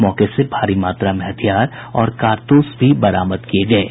मौके से भारी मात्रा में हथियार और कारतूस भी बरामद किये गये हैं